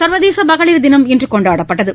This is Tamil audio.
சர்வதேசமகளிர் தினம் இன்றுகொண்டாடப்பட்டது